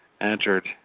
entered